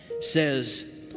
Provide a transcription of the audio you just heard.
Says